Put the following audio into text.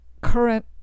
current